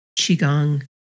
Qigong